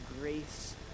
grace